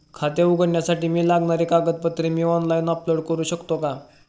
खाते उघडण्यासाठी लागणारी कागदपत्रे मी ऑनलाइन अपलोड करू शकतो का?